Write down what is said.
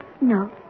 No